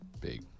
Big